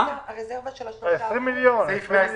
הרזרבה של ה-3%, 120,